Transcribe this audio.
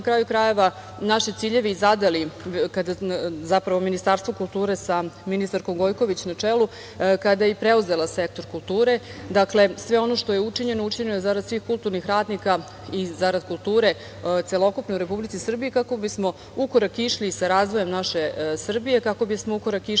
kraju krajeva, naše ciljeve zadali zapravo Ministarstvu kulture sa ministarkom Gojković na čelu, kada je i preuzela sektor kulture. Dakle, sve ono što je učinjeno, učinjeno je zarad svih kulturnih radnika i zarad kulture celokupne u Republici Srbiji, kako bismo u korak išli sa razvojem naše Srbije, kako bismo u korak išli